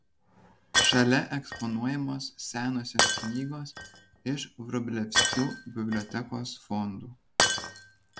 šalia eksponuojamos senosios knygos iš vrublevskių bibliotekos fondų